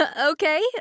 Okay